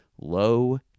low